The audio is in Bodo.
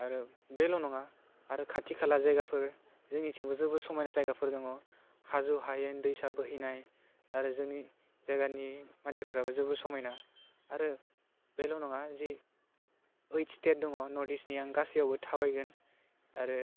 आरो बेल' नङा आरो खाथि खाला जायगाफोर जोंनिथिंबो जोबोर समायना जायगाफोर दङ हाजो हायेन दैसा बोहैनाय आरो जोंनि जायगानि मानसिफ्राबो जोबोर समायना आरो बेल' नङा जि ओइट स्टेट दङ नर्टइस्टनि आं गासैआवबो थाबायगोन आरो